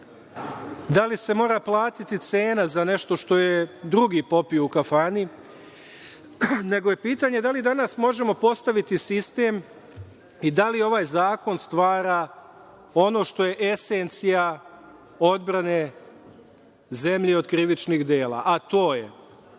da li se mora platiti cena za nešto što drugi popiju u kafani, nego je pitanje da li danas možemo postaviti sistem i da li ovaj zakon stvara ono što je esencija odbrane zemlje od krivičnih dela, a to je